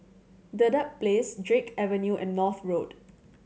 Dedap Place Drake Avenue and North Road